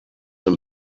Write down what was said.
een